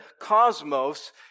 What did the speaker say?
cosmos